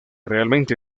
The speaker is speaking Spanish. realmente